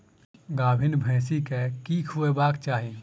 गाभीन भैंस केँ की खुएबाक चाहि?